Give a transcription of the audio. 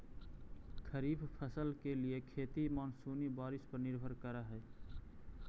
खरीफ फसल के लिए खेती मानसूनी बारिश पर निर्भर करअ हई